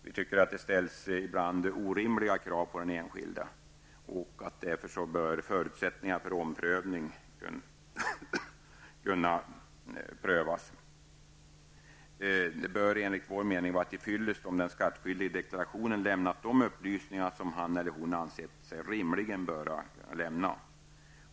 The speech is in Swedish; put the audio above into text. Vi tycker att det ibland ställs orimliga krav på den enskilde och att förutsättningarna för omprövning därför bör kunna prövas. Det bör enligt vår uppfattning vara till fyllest om den skattskyldige i deklarationen lämnat de upplysningar som han eller hon anser sig rimligen böra lämna.